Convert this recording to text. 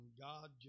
God